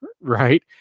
Right